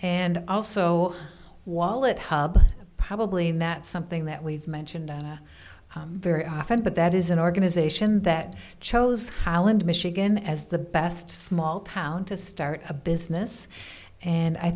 and also wallet hub probably not something that we've mentioned very often but that is an organization that chose holland michigan as the best small town to start a business and i